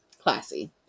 Classy